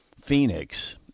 Phoenix